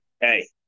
hey